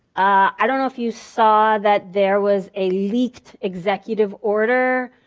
i don't know if you saw that there was a leaked executive order